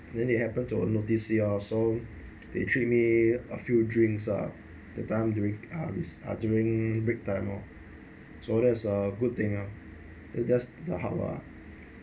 then they happen to notice it lor so they treat me a few drinks ah the time during uh rec~ or during break time lor so that's a good thing ah it's just the hard work lah